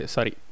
Sorry